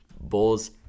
Bulls